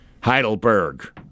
Heidelberg